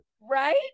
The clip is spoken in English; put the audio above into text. Right